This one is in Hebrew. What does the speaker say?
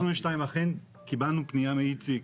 ב-22 אכן קיבלנו פנייה מאיציק,